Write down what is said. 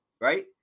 right